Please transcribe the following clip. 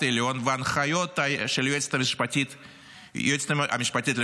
העליון והנחיות היועצת המשפטית לממשלה,